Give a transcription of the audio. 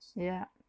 ya